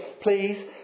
please